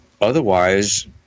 otherwise